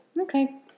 Okay